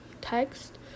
text